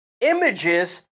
images